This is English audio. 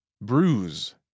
Bruise